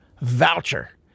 voucher